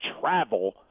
travel